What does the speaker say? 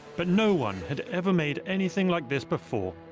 but no one had ever made anything like this before,